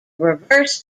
reverse